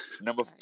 Number